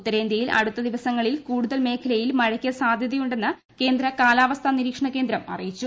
ഉത്തരേന്ത്യയിൽ അടുത്ത ദിവസങ്ങളിൽ കൂടുതൽ മേഖലയിൽ മഴക്ക് സാധ്യതയുണ്ടെന്ന് കേന്ദ്ര കാലാവസ്ഥാ നിരീക്ഷണ കേന്ദ്രം അറിയിച്ചു